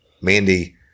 Mandy